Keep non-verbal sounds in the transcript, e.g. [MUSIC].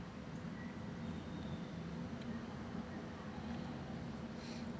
[BREATH]